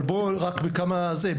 אבל בואו רק בכמה זה,